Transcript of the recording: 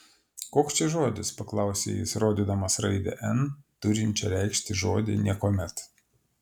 koks čia žodis paklausė jis rodydamas raidę n turinčią reikšti žodį niekuomet